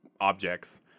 objects